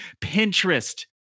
Pinterest